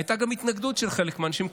הייתה גם התנגדות של חלק מהאנשים,